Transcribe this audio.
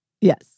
Yes